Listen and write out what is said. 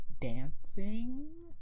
dancing